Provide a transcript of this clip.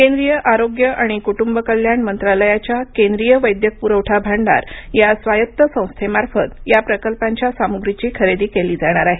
केंद्रीय आरोग्य आणि कुटुंबकल्याण मंत्रालयाच्या केंद्रीय वैद्यक पुरवठा भांडार या स्वायत्त संस्थेमार्फत या प्रकल्पांच्या सामुग्रीची खरेदी केली जाणार आहे